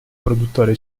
produttore